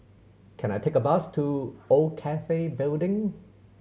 can I take a bus to Old Cathay Building